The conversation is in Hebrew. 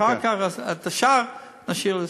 רוצה לעשות את זה אחר כך, אז את השאר נשאיר לזה.